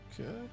Okay